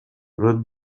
ruled